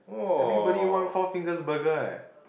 everybody one Four Fingers Burger eh